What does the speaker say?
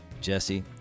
Jesse